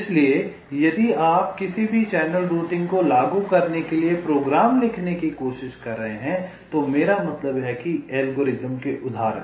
इसलिए यदि आप किसी भी चैनल रूटिंग को लागू करने के लिए प्रोग्राम लिखने की कोशिश कर रहे हैं तो मेरा मतलब है कि एल्गोरिदम के उदाहरण